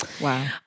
Wow